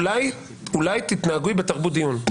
אולי תתנהגי בתרבות דיון.